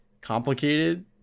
complicated